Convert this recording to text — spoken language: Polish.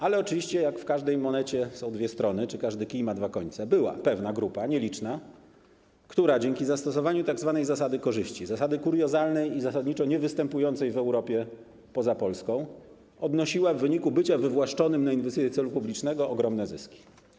Ale oczywiście, tak jak każda moneta ma dwie strony czy każdy kij ma dwa końce, była pewna grupa, nieliczna, która dzięki zastosowaniu tzw. zasady korzyści, zasady kuriozalnej i zasadniczo niewystępującej w Europie poza Polską, odnosiła w wyniku bycia wywłaszczonym na inwestycje celu publicznego ogromne zyski.